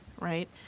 right